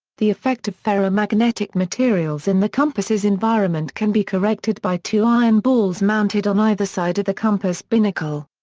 the effect of ferromagnetic materials in the compass's environment can be corrected by two iron balls mounted on either side of the compass binnacle.